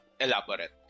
elaborate